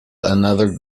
another